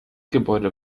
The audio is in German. gebäude